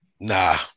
nah